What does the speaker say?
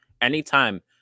Anytime